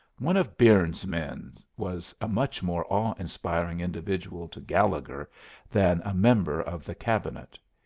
one of byrnes's men was a much more awe-inspiring individual to gallegher than a member of the cabinet.